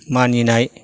मानिनाय